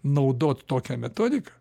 naudot tokią metodiką